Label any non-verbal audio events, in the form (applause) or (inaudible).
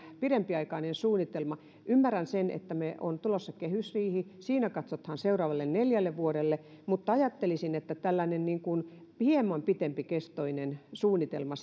pidempiaikainen suunnitelma ymmärrän sen että on tulossa kehysriihi siinä katsotaan seuraavalle neljälle vuodelle mutta ajattelisin että tällainen hieman pidempikestoinen suunnitelma (unintelligible)